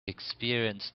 experienced